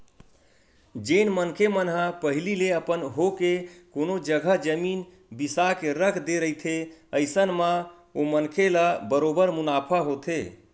जेन मनखे मन ह पहिली ले अपन होके कोनो जघा जमीन बिसा के रख दे रहिथे अइसन म ओ मनखे ल बरोबर मुनाफा होथे